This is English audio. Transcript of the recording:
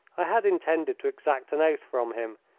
i had intended to exact an oath from him,